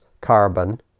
carbon